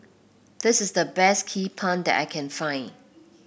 this is the best Hee Pan that I can find